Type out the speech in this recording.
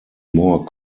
more